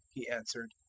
he answered,